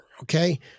Okay